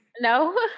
No